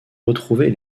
retrouver